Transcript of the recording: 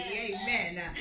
amen